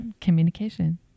communication